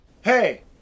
Hey